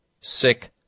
sick